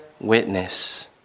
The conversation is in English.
witness